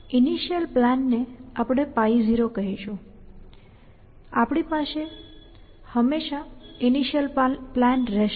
initial પ્લાનને આપણે π0 કહીશું આપણી પાસે હંમેશાં ઈનિશીઅલ પ્લાન રહેશે